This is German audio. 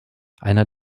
einer